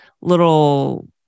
little